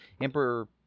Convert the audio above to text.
Emperor